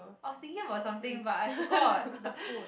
I was thinking about something but I forgot the food